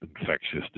infectious